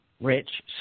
rich